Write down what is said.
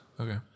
Okay